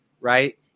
right